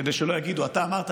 כדי שלא יגידו: אתה אמרת,